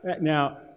Now